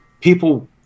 people